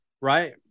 right